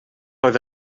oedd